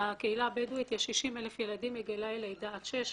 בקהילה הבדואית יש 60,000 ילדים מגילאי לידה עד שש.